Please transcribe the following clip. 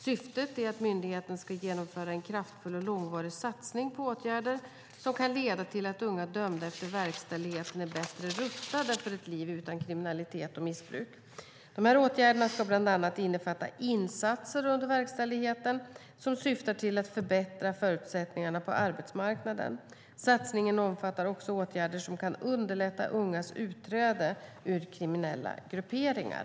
Syftet är att myndigheten ska genomföra en kraftfull och långvarig satsning på åtgärder som kan leda till att unga dömda efter verkställigheten är bättre rustade för ett liv utan kriminalitet och missbruk. Åtgärderna ska bland annat innefatta insatser under verkställigheten som syftar till att förbättra unga dömdas förutsättningar på arbetsmarknaden. Satsningen omfattar även åtgärder som kan underlätta ungas utträde ur kriminella grupperingar.